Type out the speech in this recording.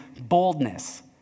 boldness